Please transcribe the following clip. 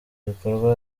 bikorwa